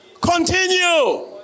Continue